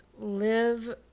live